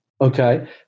Okay